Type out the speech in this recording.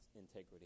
integrity